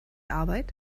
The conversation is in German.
arbeit